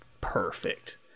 perfect